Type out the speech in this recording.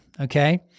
Okay